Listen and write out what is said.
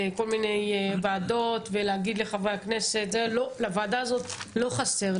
לכל מיני ועדות ולהגיד לחברי הכנסת שלוועדה הזאת לא חסר.